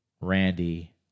Randy